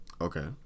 Okay